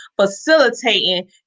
facilitating